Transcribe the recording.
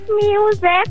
music